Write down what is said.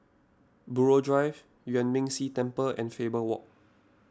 Buroh Drive Yuan Ming Si Temple and Faber Walk